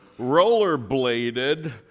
rollerbladed